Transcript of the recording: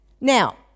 Now